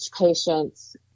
patients